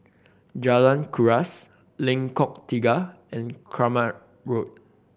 Jalan Kuras Lengkok Tiga and Kramat Road